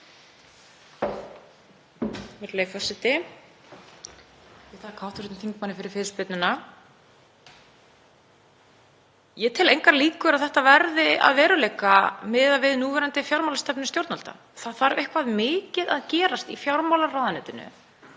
Ég tel engar líkur á að þetta verði að veruleika miðað við núverandi fjármálastefnu stjórnvalda. Það þarf eitthvað mikið að gerast í fjármálaráðuneytinu